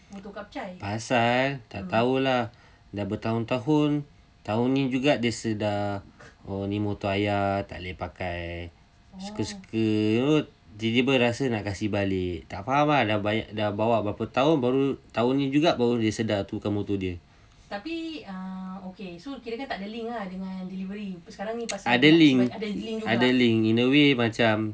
pasal tak tahu lah dah bertahun-tahun tahun ni juga dia sedar oh ni motor ayah tak boleh pakai suka-suka you know tiba-tiba rasa nak kasih balik tak paham ah dah banyak dah bawa berapa tahun baru tahun ni juga dia sedar tu bukan motor dia